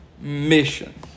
mission